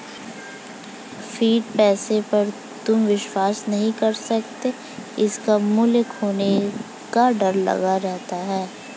fiat पैसे पर तुम विश्वास नहीं कर सकते इसका मूल्य खोने का डर लगा रहता है